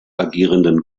agierenden